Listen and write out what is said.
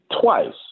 twice